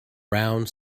round